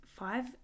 five